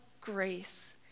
grace